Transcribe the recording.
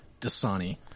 Dasani